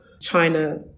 China